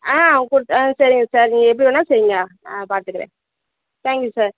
ஆ குடுத்து ஆ சரிங்க சார் நீங்கள் எப்படி வேணுனாலும் செய்யுங்க நான் பாத்துக்கிறேன் தேங்க்யூ சார்